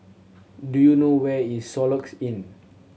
do you know where is Soluxe Inn